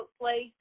place